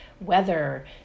weather